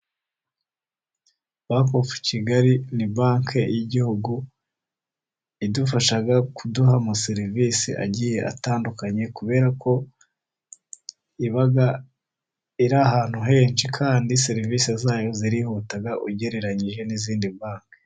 Banki ofu Kigali ni banki y'igihugu, idufasha kuduha amaserivisi agiye atandukanye, kubera ko iba iri ahantu henshi, kandi serivisi zayo zirihuta ugereranyije n'izindi banki.